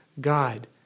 God